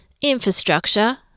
Infrastructure